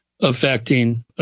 affecting